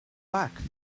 back